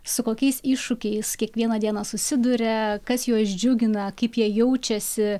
su kokiais iššūkiais kiekvieną dieną susiduria kas juos džiugina kaip jie jaučiasi